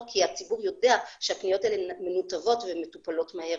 כי הציבור יודע שהפניות האלה מנותבות ומטופלות מהר.